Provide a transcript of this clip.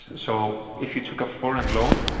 so if you took a foreign loan,